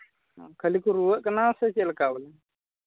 ᱠᱷᱟᱹᱞᱤ ᱠᱚ ᱨᱩᱣᱟᱹᱜ ᱠᱟᱱᱟ ᱥᱮ ᱪᱮᱫ ᱞᱮᱠᱟ ᱵᱚᱞᱮ